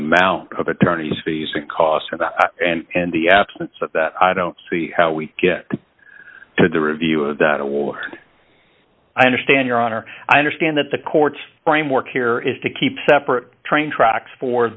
amount of attorneys fees and costs and the absence of that i don't see how we get to the review of that or i understand your honor i understand that the court's framework here is to keep separate train tracks for